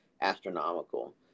astronomical